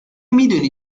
میدونی